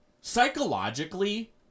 psychologically